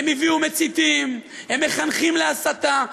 הם הביאו מציתים, הם מחנכים להסתה.